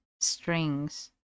strings